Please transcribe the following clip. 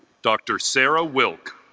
dr. sarah wilk